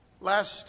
Last